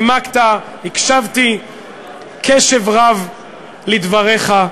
נימקת, הקשבתי קשב רב לדבריך,